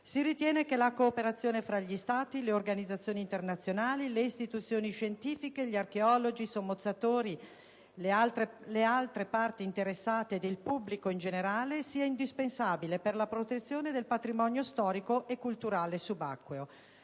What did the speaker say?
Si ritiene che la cooperazione fra gli Stati, le organizzazioni internazionali, le istituzioni scientifiche, gli archeologi, i sommozzatori, le altre parti interessate ed il pubblico in generale, sia indispensabile per la protezione del patrimonio storico e culturale subacqueo.